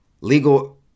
legal